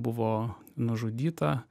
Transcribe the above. buvo nužudyta